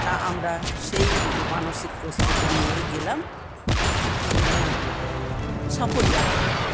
তা আমরা সেই মানসিক প্রস্তুতি নিয়েই গেলাম এবং সপরিবারে